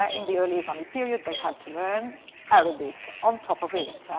ah in the early islamic period, they had to learn arabic on top of it.